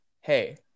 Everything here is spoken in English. hey